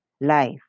life